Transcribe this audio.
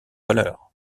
valeur